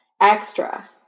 Extra